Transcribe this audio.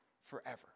forever